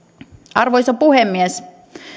arvoisa puhemies